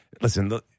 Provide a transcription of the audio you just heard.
listen